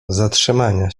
zatrzymania